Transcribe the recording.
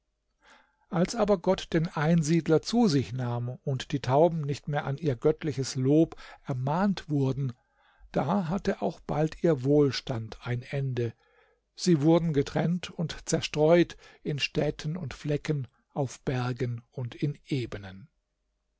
als aber gott den einsiedler zu sich nahm und die tauben nicht mehr an ihr göttliches lob ermahnt wurden da hatte auch bald ihr wohlstand ein ende sie wurden getrennt und zerstreut in städten und flecken auf bergen und in ebenen